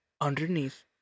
Underneath